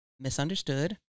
Misunderstood